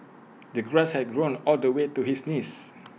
the grass had grown all the way to his knees